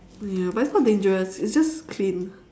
ya but it's not dangerous it's just clean